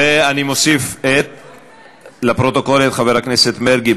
ואני מוסיף לפרוטוקול את חבר הכנסת מרגי,